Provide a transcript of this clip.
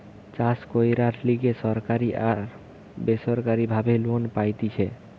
চাষ কইরার লিগে সরকারি আর বেসরকারি ভাবে লোন পাইতেছি